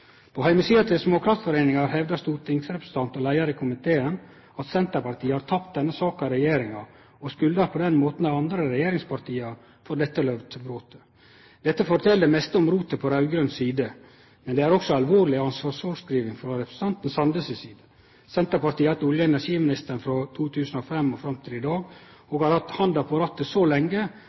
På heimesida til Småkraftforeninga hevdar stortingsrepresentant og leiar i komiteen, Erling Sande, at Senterpartiet har tapt denne saka i regjeringa, og skuldar på den måten dei andre regjeringspartia for dette løftebrotet. Dette fortel mest om rotet på raud-grøn side, men det er også ei alvorleg ansvarsfråskriving frå representanten Sande si side. Senterpartiet har hatt olje- og energiministeren frå 2005 og fram til i dag og har hatt handa på rattet så lenge